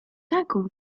taką